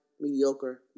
mediocre